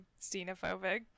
xenophobic